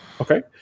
Okay